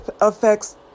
affects